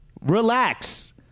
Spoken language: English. Relax